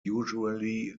usually